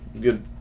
good